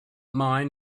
mine